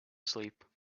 asleep